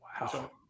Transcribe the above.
Wow